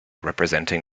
representing